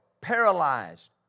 paralyzed